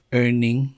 earning